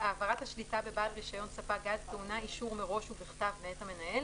העברת השליטה בבעל רישיון ספק גז טעונה אישור מראש ובכתב מאת המנהל,